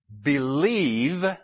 believe